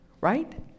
right